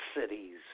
cities